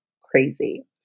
crazy